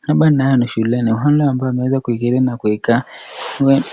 Hapa nayo ni shuleni wale ambao wameweza kuketi na kukaa